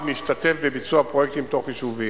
משתתף בביצוע פרויקטים תוך-יישוביים.